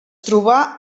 trobà